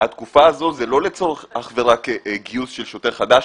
רק לצורך גיוס שוטרים חדשים.